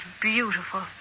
beautiful